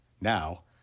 Now